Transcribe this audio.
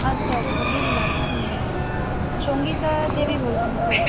আচ্ছা আচ্ছা বুঝলাম হুম সংগীতা দেবী বলছেন তো